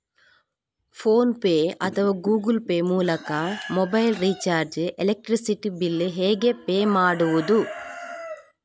Phone pay ಅಥವಾ Google Pay ಮೂಲಕ mobile recharge, electricity bill ಹೇಗೆ ಪೇ ಮಾಡುವುದು?